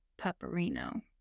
pepperino